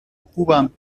خوبم